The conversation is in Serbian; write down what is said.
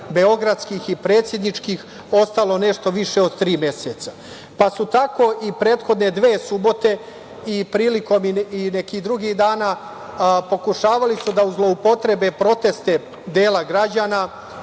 beogradskih i predsedničkih, ostalo nešto više od tri meseca. Tako su prethodne dve subote, a i prilikom nekih drugih dana, pokušavali da zloupotrebe proteste dela građana,